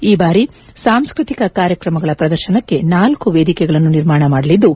ಈ ಭಾರಿ ಸಾಂಸ್ಕೃತಿಕ ಕಾರ್ಯಕ್ರಮಗಳ ಪ್ರದರ್ಶನಕ್ಕೆ ಳ ವೇದಿಕೆಗಳನ್ನು ನಿರ್ಮಾಣ ಮಾಡಲಿದ್ದು